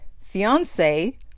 fiance